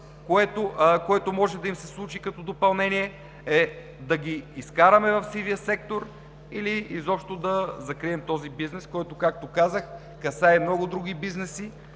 което може да им се случи като допълнение, е да ги вкараме в сивия сектор или изобщо да закрием този бизнес, който, както казах, касае много други бизнеси